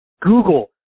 Google